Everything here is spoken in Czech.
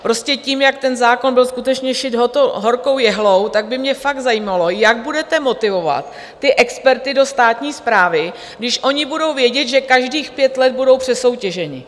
Prostě tím, jak ten zákon byl skutečně šit horkou jehlou, tak by mě fakt zajímalo, jak budete motivovat experty do státní správy, když oni budou vědět, že každých pět let budou přesoutěženi.